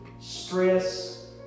stress